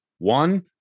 One